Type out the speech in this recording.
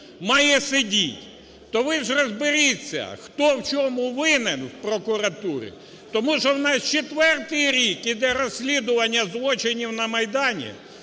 має сидіти". То ви ж розберіться, хто в чому винен в прокуратурі, тому що в нас 4-й рік йде розслідування злочинів на Майдані,